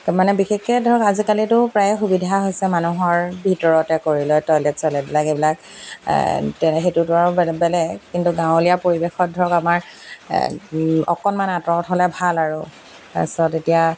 মানে বিশেষকৈ ধৰক আজিকালিতো প্ৰায়ে সুবিধা হৈছে মানুহৰ ভিতৰতে কৰি লৈ টইলেট চইলেটবিলাক এইবিলাক সেইটোতো আৰু বেলেগ বেলেগ কিন্তু গাঁৱলীয়া পৰিৱেশত ধৰক আমাৰ অকণমান আঁতৰত হ'লে ভাল আৰু তাৰপিছত এতিয়া